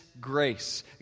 grace